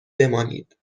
بمانید